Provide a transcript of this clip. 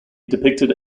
depicted